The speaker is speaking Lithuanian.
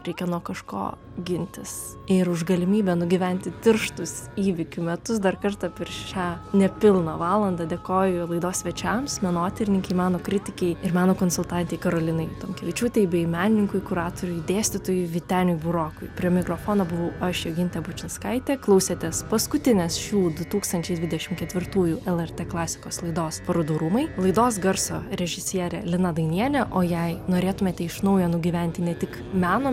reikia nuo kažko gintis ir už galimybę nugyventi tirštus įvykių metus dar kartą per šią nepilną valandą dėkoju laidos svečiams menotyrininkei meno kritikei ir meno konsultantė karolinai tomkevičiūtei bei menininkui kuratoriui dėstytojui vyteniui burokui prie mikrofono buvau aš jogintė bučinskaitė klausėtės paskutinės šių du tūkstančiai dvidešimt ketvirtųjų lrt klasikos laidos parodų rūmai laidos garso režisierė lina dainienė o jei norėtumėte iš naujo nugyventi ne tik meno